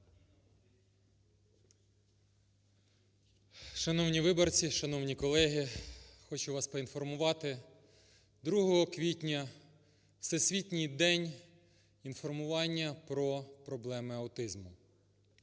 Шановні виборці, шановні колеги! Хочу вас поінформувати, 2 квітня – Всесвітній день інформування про проблеми аутизму.